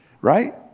Right